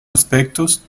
aspectos